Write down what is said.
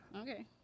Okay